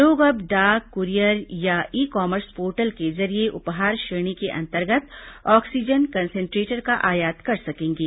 लोग अब डाक कूरियर या ई कॉमर्स पोर्टल के जरिये उपहार श्रेणी के तहत ऑक्सीजन कंसेनट्रेटर का आयात कर सकेंगे